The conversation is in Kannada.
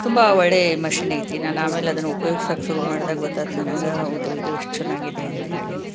ತುಂಬ ಒಳ್ಳೆಯ ಮೆಷೀನ್ ಐತಿ ನಾನು ಆಮೇಲದನ್ನು ಉಪಯೋಗಿಸಕ್ಕೆ ಶುರು ಮಾಡಿದಾಗ ಗೊತ್ತಾತು ನನಗೆ ಹೌದು ಇದು ಎಷ್ಟು ಚೆನ್ನಾಗಿದೆ ಅಂತ ಹೇಳಿ